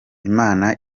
imana